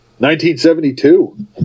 1972